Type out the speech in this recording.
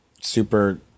super